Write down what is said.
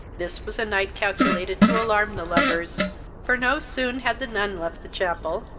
this was a night calculated to alarm the lovers for no sooner had the nun left the chapel,